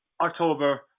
October